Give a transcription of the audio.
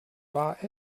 war